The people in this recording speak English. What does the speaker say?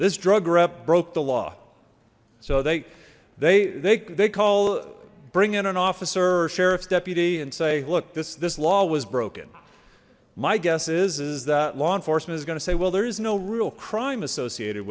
this drug rep broke the law so they they they they call bring in an officer or sheriff's deputy and say look this this law was broken my guess is is that law enforcement is gonna say well there is no real crime associated